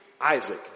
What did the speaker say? Isaac